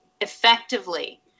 effectively